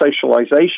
socialization